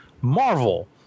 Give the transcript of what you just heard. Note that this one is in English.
Marvel